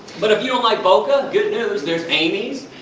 but, if you don't like boca. good news there's amy's,